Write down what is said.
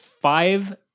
Five